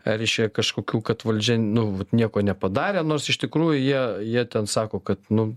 a reiškia kažkokių kad valdžia nu vat nieko nepadarė nors iš tikrųjų jie jie ten sako kad nu